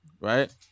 right